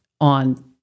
on